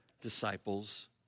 disciples